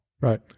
Right